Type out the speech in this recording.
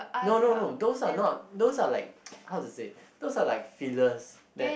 no no no those are not those are like how to say those are like fillers that